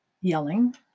yelling